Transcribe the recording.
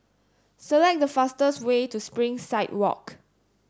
select the fastest way to Springside Walk